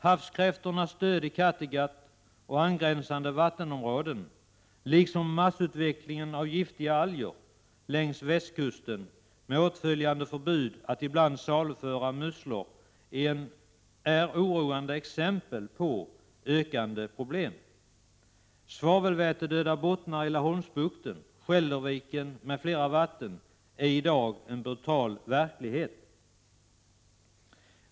Havskräftornas död i Kattegatt och angränsande vattenområden liksom massutvecklingen av giftiga alger längs västkusten med åtföljande förbud ibland mot att saluföra musslor är oroande exempel på ökande problem. Svavelvätedöda bottnar i Laholmsbukten, Skälderviken m.fl. vatten är i dag en brutal verklighet.